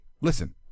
listen